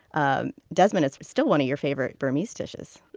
ah desmond, it's still one of your favorite burmese dishes?